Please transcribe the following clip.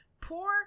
poor